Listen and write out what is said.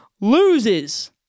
loses